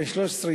בן 13,